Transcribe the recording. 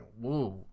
whoa